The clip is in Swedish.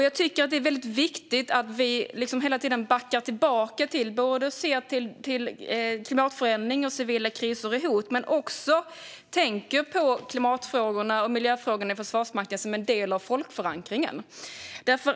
Jag tycker att det är viktigt att vi hela tiden backar tillbaka och ser till klimatförändringen och civila kriser och hot men att vi också tänker på klimat och miljöfrågorna i Försvarsmakten som en del av folkförankringen.